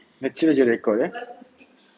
natural jer record eh